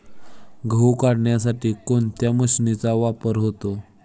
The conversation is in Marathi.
गहू काढण्यासाठी कोणत्या मशीनचा वापर होतो?